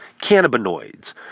cannabinoids